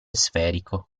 sferico